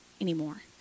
anymore